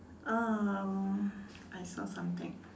um I saw something